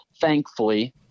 thankfully